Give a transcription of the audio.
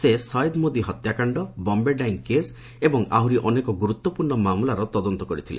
ସେ ସୟେଦ ମୋଦି ହତ୍ୟାକାଣ୍ଡ ବମ୍ବେ ଡାଇଂ କେସ୍ ଏବଂ ଆହୁରି ଅନେକ ଗୁରୁତ୍ୱପୂର୍ଣ୍ଣ ମାମଲାର ତଦନ୍ତ କରିଥିଲେ